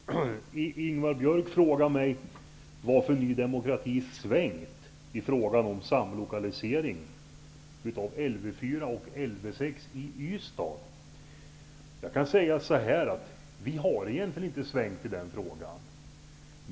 Herr talman! Ingvar Björk frågade mig varför Ny demokrati har svängt i frågan om samlokalisering av Lv 4 och Lv 6 i Ystad. Vi har egentligen inte svängt i den frågan.